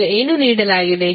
ಈಗ ಏನು ನೀಡಲಾಗಿದೆ